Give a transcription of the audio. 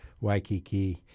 Waikiki